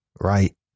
Right